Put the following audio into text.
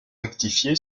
rectifié